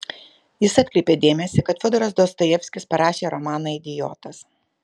jis atkreipė dėmesį kad fiodoras dostojevskis parašė romaną idiotas